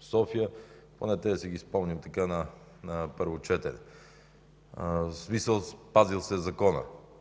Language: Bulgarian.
в София. Поне тези си ги спомням на първо четене, в смисъл спазен е законът.